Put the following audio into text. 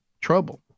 trouble